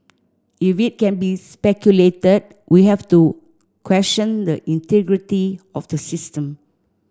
if it can be speculated we have to question the integrity of the system